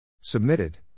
Submitted